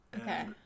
Okay